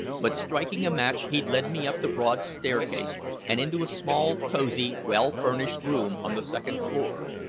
but striking a match he led me up the broad staircase and into a small, cosy, well-furnished room on the second floor,